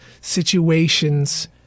situations